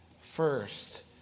first